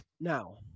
Now